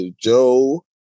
Joe